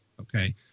okay